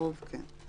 הרוב כן.